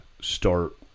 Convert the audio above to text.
start